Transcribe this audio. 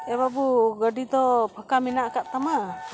ᱮ ᱵᱟᱹᱵᱩ ᱜᱟᱹᱰᱤ ᱫᱚ ᱯᱷᱟᱸᱠᱟ ᱢᱮᱱᱟᱜ ᱠᱟᱫ ᱛᱟᱢᱟ